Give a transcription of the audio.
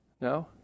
No